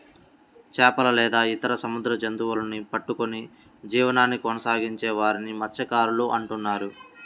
చేపలు లేదా ఇతర సముద్ర జంతువులను పట్టుకొని జీవనాన్ని కొనసాగించే వారిని మత్య్సకారులు అంటున్నారు